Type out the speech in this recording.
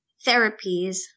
therapies